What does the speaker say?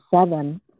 seven